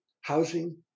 housing